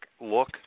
look